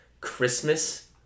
Christmas